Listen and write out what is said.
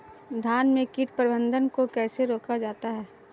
धान में कीट प्रबंधन को कैसे रोका जाता है?